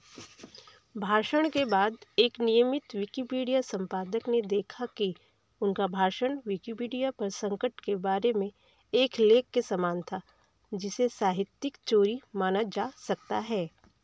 भाषण के बाद एक नियमित विकिपीडिया संपादक ने देखा कि उनका भाषण विकिपीडिया पर संकट के बारे में एक लेख के समान था जिसे साहित्यिक चोरी माना जा सकता है